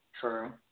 True